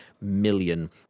million